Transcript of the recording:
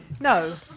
No